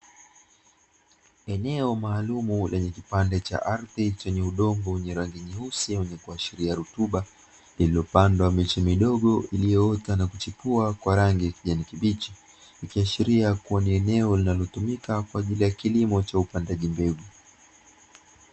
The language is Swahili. Eneo maalumu lenye kipande cha ardhi chenye udongo wenye rangi nyeusi wenye kuashiria rutuba, iliyopandwa miche midogo iliyoota na kuchipua kwa rangi ya kijani kibichi ikiashiria kuwa ni eneo linalotumika kwa ajili ya kilimo cha upandaji mbegu.